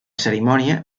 cerimònia